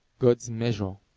god's measure